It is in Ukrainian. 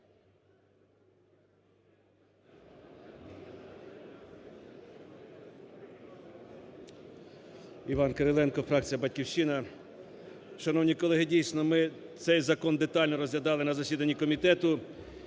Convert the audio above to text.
Іван Кириленко, фракція "Батьківщина". Шановні колеги, дійсно, ми цей закон детально розглядали на засіданні комітету.